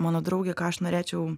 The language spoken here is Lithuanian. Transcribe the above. mano draugė ką aš norėčiau